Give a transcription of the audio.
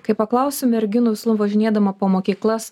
kai paklausiu merginų visada važinėdama po mokyklas